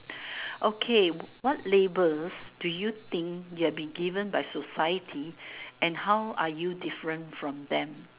okay what labels do you think you're given by society and how are you different from them